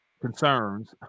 concerns